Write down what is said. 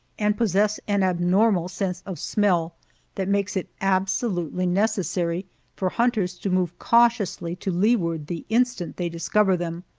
and possess an abnormal sense of smell that makes it absolutely necessary for hunters to move cautiously to leeward the instant they discover them.